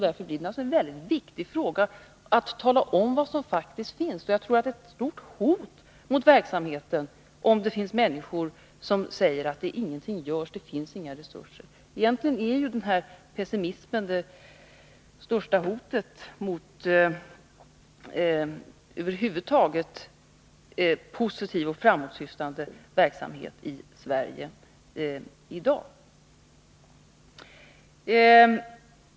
Därför blir det viktigt att tala om vad som faktiskt finns. Det är ett stort hot mot verksamheten om människor säger att ingenting görs och det finns inga resurser. Egentligen är denna pessimism det största hotet över huvud taget mot positiv och framåtsyftande verksamhet i Sverige i dag.